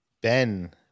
Ben